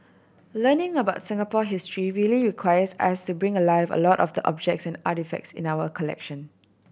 learning about Singapore history really requires us to bring alive a lot of the objects and artefacts in our collection